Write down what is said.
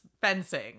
fencing